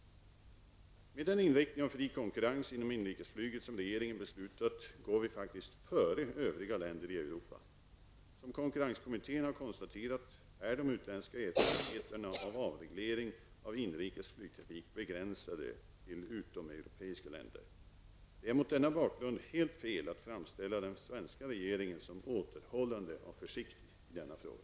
Med den inriktning om fri konkurrens inom inrikesflyget som regeringen beslutat går vi faktiskt före övriga länder i Europa. Som konkurrenskommittén har konstaterat är de utländska erfarenheterna av avreglering av inrikesflyg begränsade till utomeuropeiska länder. Det är mot denna bakgrund helt fel att framställa den svenska regeringen som återhållande och försiktig i denna fråga.